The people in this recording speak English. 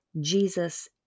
Jesus